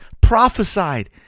prophesied